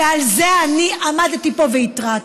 ועל זה אני עמדתי פה והתרעתי.